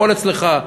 הכול אצלך.